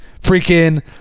Freaking